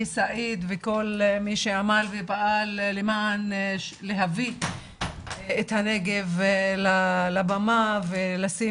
סעיד ואת כל מי שעמל ופעל להביא את הנגב לבמה ולשים